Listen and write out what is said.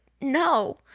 no